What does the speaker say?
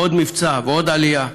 ועוד עלייה, ועוד מבצע ועוד עלייה.